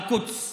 ירושלים